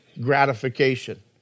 gratification